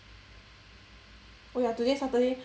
oh ya today saturday